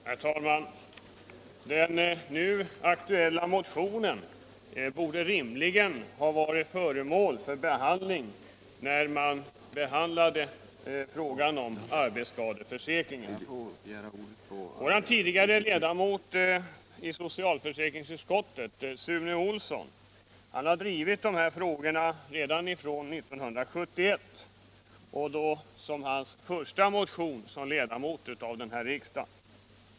Herr talman! Den nu aktuella motionen 1116 borde rimligen ha varit med vid behandlingen av arbetsskadeförsäkringen. Vår tidigare ledamot i socialförsäkringsutskottet, Sune Olsson, har dri vit dessa frågor sedan 1971, då i sin första motion i riksdagen.